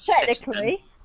technically